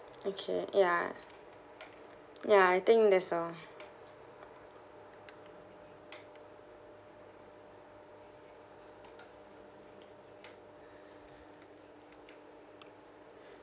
okay ya yaI think that's all